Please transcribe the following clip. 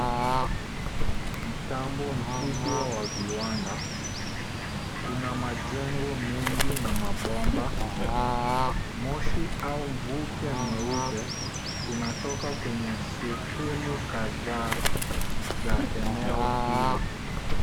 Mtambo mkubwa wa viwanda. Kuna majengo mengi na mabomba. Moshi au mvuke mweupe unatoka kwenye sehemu kadhaa za eneo hilo.